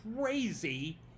crazy